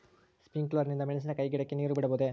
Sprinkler ನಿಂದ ಮೆಣಸಿನಕಾಯಿ ಗಿಡಕ್ಕೆ ನೇರು ಬಿಡಬಹುದೆ?